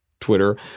Twitter